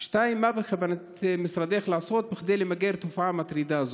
2. מה בכוונת משרדך לעשות כדי למגר תופעה מטרידה זו?